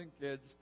kids